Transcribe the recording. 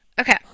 Okay